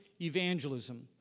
evangelism